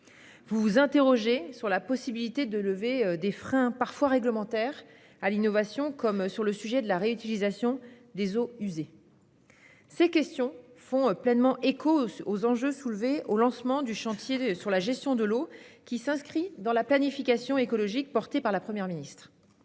Vous vous interrogez sur la possibilité de lever des freins à l'innovation, dont certains sont réglementaires, comme sur le sujet de la réutilisation des eaux usées. Ces questions font pleinement écho aux enjeux identifiés lors du lancement du chantier sur la gestion de l'eau qui s'inscrit dans la planification écologique promue par la Première ministre.